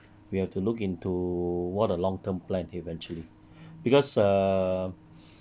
we have to look into what a long term plan eventually because err